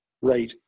Right